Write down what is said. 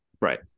Right